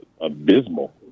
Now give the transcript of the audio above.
abysmal